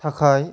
थाखाय